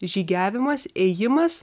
žygiavimas ėjimas